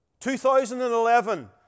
2011